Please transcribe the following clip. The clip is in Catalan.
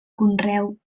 conreu